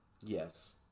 Yes